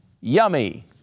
yummy